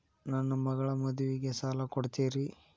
ನನ್ನ ಮಗಳ ಮದುವಿಗೆ ಸಾಲ ಕೊಡ್ತೇರಿ?